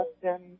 question